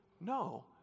No